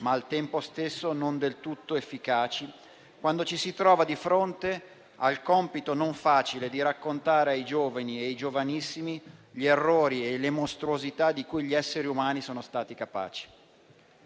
ma al tempo stesso non del tutto efficaci, quando ci si trova di fronte al compito non facile di raccontare ai giovani e ai giovanissimi gli errori e le mostruosità di cui gli esseri umani sono stati capaci.